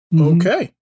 okay